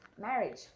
marriage